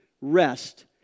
rest